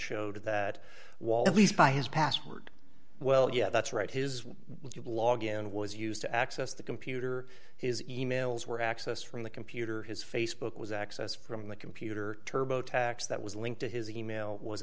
showed that wally's by his password well yeah that's right his log in was used to access the computer is emails were accessed from the computer his facebook was accessed from the computer turbo tax that was linked to his email was